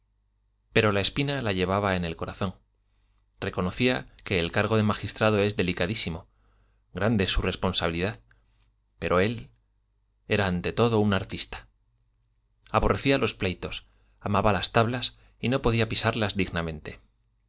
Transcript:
pero la espina la llevaba en el corazón reconocía que el cargo de magistrado es delicadísimo grande su responsabilidad pero él era ante todo un artista aborrecía los pleitos amaba las tablas y no podía pisarlas dignamente